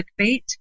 clickbait